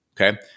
okay